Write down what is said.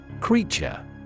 CREATURE